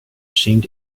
seemed